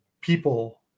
people